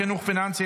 חינוך פיננסי),